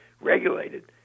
regulated